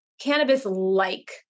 cannabis-like